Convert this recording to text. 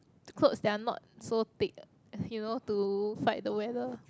clothes that are not so thick you know to fight the weather